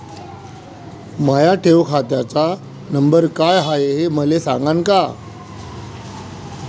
माया ठेव खात्याचा नंबर काय हाय हे मले सांगान का?